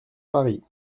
paris